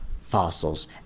fossils